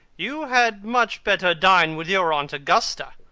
you had much better dine with your aunt augusta.